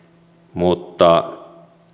mutta